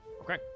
Okay